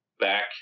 back